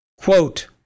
Quote